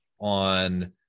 on